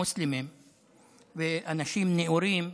המוסלמים ואנשים נאורים הוא